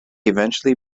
eventually